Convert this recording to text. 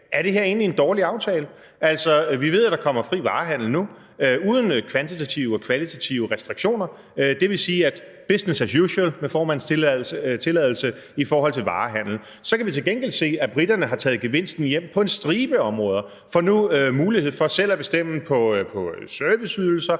Er det her egentlig en dårlig aftale? Vi ved, at der nu kommer fri varehandel uden kvantitative og kvalitative restriktioner. Det vil sige: Business as usual – med formandens tilladelse – i forhold til varehandel. Så kan vi til gengæld se, at briterne har taget gevinsten hjem på en stribe områder. De får nu mulighed for selv at bestemme i forhold til serviceydelser.